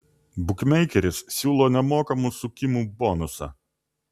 bukmeikeris siūlo nemokamų sukimų bonusą